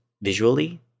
visually